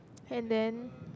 and then